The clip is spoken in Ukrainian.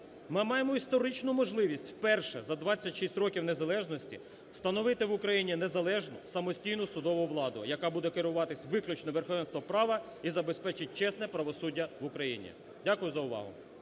Ми маємо історичну можливість вперше за 26 років незалежності встановити в Україні незалежну, самостійну судову владу, яка буде керуватись виключно верховенством права і забезпечить чесне правосуддя в Україні. Дякую за увагу.